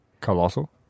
colossal